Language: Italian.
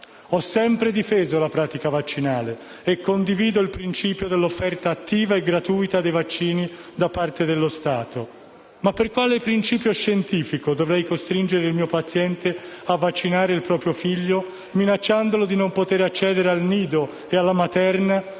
Ho sempre difeso la pratica vaccinale e condivido il principio dell'offerta attiva e gratuita dei vaccini da parte dello Stato. Ma per quale principio scientifico dovrei costringere un mio paziente a vaccinare il proprio figlio, minacciandolo di non poter accedere al nido e alla materna,